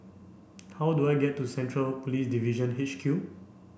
how do I get to Central Police Division H Q